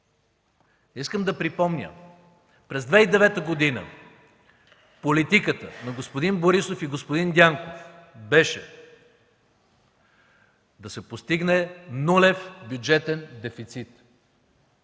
Искам да припомня: през 2009 г. политиката на господин Борисов и господин Дянков беше да се постигне нулев бюджетен дефицит.